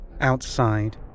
Outside